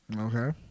okay